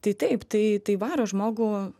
tai taip tai tai varo žmogų